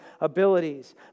abilities